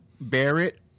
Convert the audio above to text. Barrett